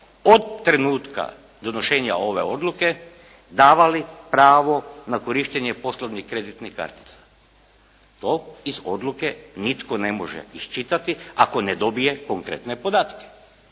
od trenutka donošenja ove odluke davali pravo na korištenje poslovnih kreditnih kartica? To iz odluke nitko ne može iščitati ako ne dobije konkretne podatke.